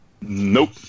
Nope